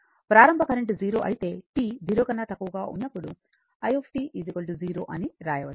ప్రారంభ కరెంట్ 0 అయితేt 0 కన్నా తక్కువగా ఉన్నప్పుడు i 0 అని వ్రాయవచ్చు